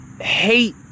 hate